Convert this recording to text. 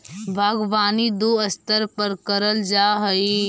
बागवानी दो स्तर पर करल जा हई